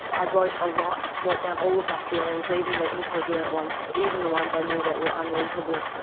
i wrote a lot, wrote down all of my feelings, even the incoherent ones, even the ones i knew that were unreasonable.